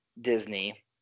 Disney